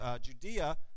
Judea